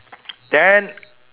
then